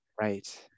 right